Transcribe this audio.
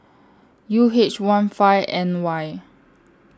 U H one five N Y